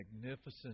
magnificent